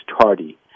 tardy